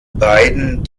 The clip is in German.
beiden